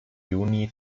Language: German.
juni